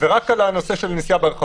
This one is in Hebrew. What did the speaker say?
ורק על נושא של נסיעה ברכבים.